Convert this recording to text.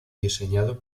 diseñado